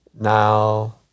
Now